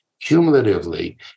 cumulatively